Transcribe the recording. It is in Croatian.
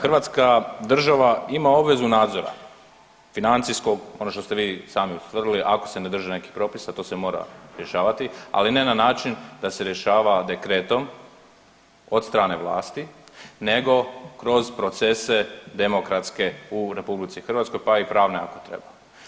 Hrvatska država ima obvezu nadzora financijskog, ono što ste vi sami ustvrdili, ako se ne drže nekih propisa, to se mora rješavati, ali ne na način da se rješava dekretom od strane vlasti, nego kroz procese demokratske u RH, pa i pravne ako treba.